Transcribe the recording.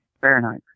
Fahrenheit